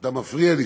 אתה מפריע לי.